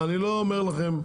אני לא אומר לכם,